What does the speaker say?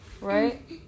right